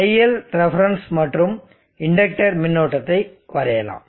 ILref மற்றும் inductor மின்னோட்டத்தை வரையலாம்